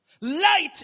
Light